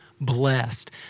blessed